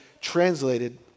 translated